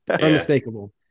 Unmistakable